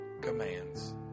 commands